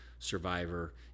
survivor